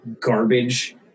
garbage